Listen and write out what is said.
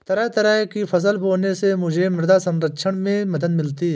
तरह तरह की फसल बोने से मुझे मृदा संरक्षण में मदद मिली